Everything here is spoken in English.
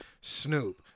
Snoop